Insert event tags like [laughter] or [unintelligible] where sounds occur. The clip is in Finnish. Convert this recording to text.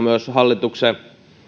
[unintelligible] myös hallituksen